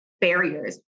barriers